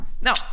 no